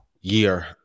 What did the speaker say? year